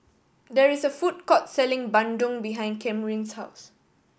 there is a food court selling bandung behind Camryn's house